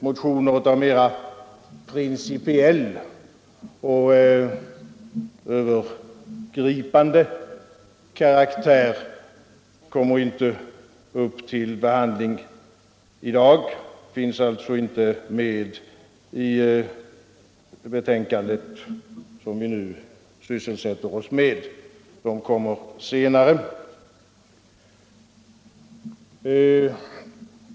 Motioner av mera principiell och övergripande karaktär kommer inte upp till behandling i dag. De finns alltså inte med i det betänkande som vi nu sysselsätter oss med utan kommer senare.